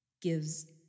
gives